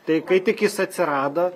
tai kai tik jis atsirado